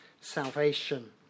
salvation